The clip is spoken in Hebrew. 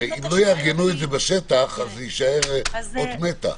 אם לא יארגנו את זה בשטח, זה יישאר אות מתה.